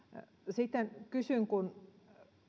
sitten kysyn kun